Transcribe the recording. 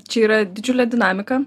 čia yra didžiulė dinamika